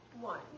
One